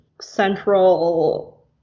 central